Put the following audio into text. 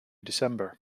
december